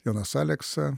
jonas aleksa